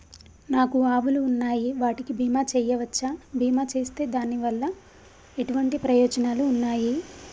నాకు ఆవులు ఉన్నాయి వాటికి బీమా చెయ్యవచ్చా? బీమా చేస్తే దాని వల్ల ఎటువంటి ప్రయోజనాలు ఉన్నాయి?